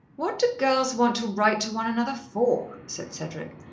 what do girls want to write to one another for? said cedric.